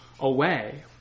away